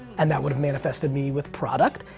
and that would have manifested me with product,